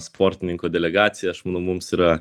sportininkų delegaciją aš manau mums yra